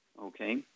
Okay